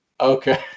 Okay